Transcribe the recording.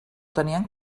tenien